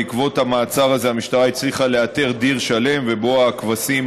בעקבות המעצר הזה המשטרה הצליחה לאתר דיר שלם ובו הכבשים